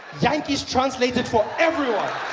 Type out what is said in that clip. jantjies translated for everyone.